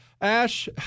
Ash